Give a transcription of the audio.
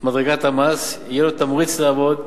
למדרגת המס יהיה לו תמריץ לעבוד,